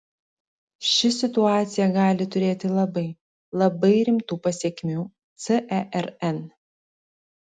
ši situacija gali turėti labai labai rimtų pasekmių cern